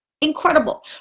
incredible